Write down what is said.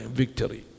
victory